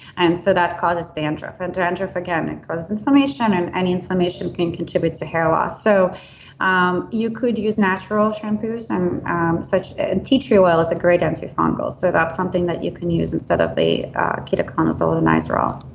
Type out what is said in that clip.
and so that causes dandruff and to dandruff again, it cause inflammation and any inflammation can contribute to hair loss. so um you could use natural shampoos. and and tea tree oil is a great anti-fungal. so that's something that you can use instead of the ketoconazole and nizoral.